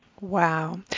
Wow